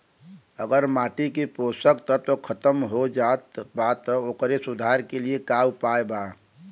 अगर माटी के पोषक तत्व खत्म हो जात बा त ओकरे सुधार के लिए का उपाय बा?